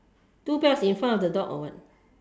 two belts in front of the dog or what